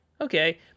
okay